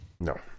No